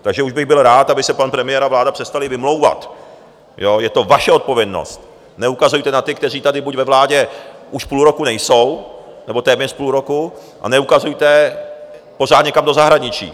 Takže už bych byl rád, aby se pan premiér a vláda přestali vymlouvat, je to vaše odpovědnost neukazujte na ty, kteří tady buď ve vládě už půl roku nejsou, nebo téměř půl roku, a neukazujte pořád někam do zahraničí.